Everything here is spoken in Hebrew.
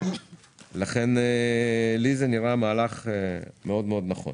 לי זה נראה מהלך מאוד נכון.